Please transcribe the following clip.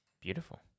Beautiful